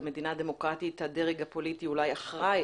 במדינה דמוקרטית הדרג הפוליטי אולי אחראי